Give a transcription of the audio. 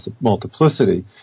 multiplicity